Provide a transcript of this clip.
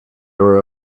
were